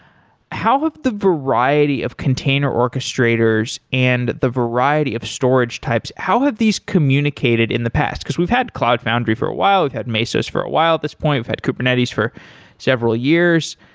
how have the variety of container orchestrators and the variety of storage types, how have these communicated in the past? because we've had cloud foundry for a while. we've had mesos for a while at this point. we've had kubernetes for several years.